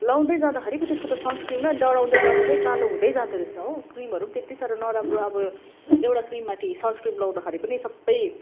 लगाउँदै जाँदाखेरि पो त्यसको त सन्स क्रिम नै डढाउँदै डढाउँदै कालो हुँदै जाँदो रहेछ हो क्रिमहरू त्यति साह्रो नराम्रो अब एउटा क्रिम माथि सन्स क्रिम लगाउँदाखेरि पनि सबै